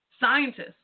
Scientists